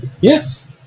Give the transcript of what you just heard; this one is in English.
Yes